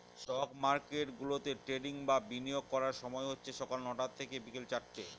stock market গুলাতে trading বা বিনিয়োগ করার সময় হচ্ছে সকাল নটা থেকে বিকেল চারটে